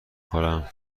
خورم